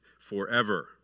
forever